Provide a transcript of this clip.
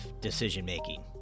decision-making